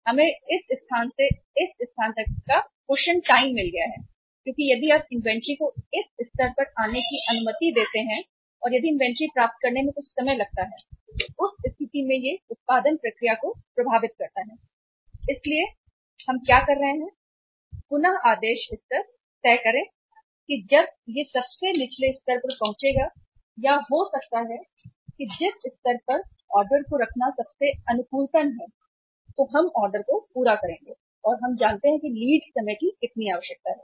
हमें इस स्थान से इस स्थान तक कुशन की अवधि मिल गई है क्योंकि यदि आप इन्वेंट्री को इस स्तर पर आने की अनुमति देते हैं और यदि इन्वेंट्री प्राप्त करने में कुछ समय लगता है तो उस स्थिति में यह उत्पादन प्रक्रिया को प्रभावित कर सकता है इसलिए हम क्या कर रहे हैं पुनः आदेश स्तर तय करें कि जब यह सबसे निचले स्तर पर पहुंचेगा या हो सकता है कि जिस स्तर पर ऑर्डर को रखना सबसे अनुकूलतम है तो हम ऑर्डर को पूरा करेंगे और हम जानते हैं कि लीड समय की कितनी आवश्यकता है